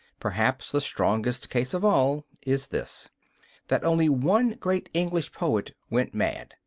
perhaps the strongest case of all is this that only one great english poet went mad,